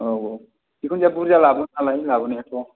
औ औ जेखुनजाया बुरजा लाबोगोन नालाय लाबोनाया थ'